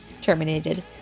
terminated